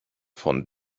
von